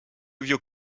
vieux